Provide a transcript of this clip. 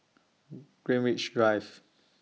Greenwich Drive